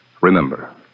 Remember